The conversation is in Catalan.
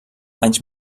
anys